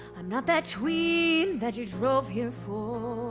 i'm not that tween that you drove here for,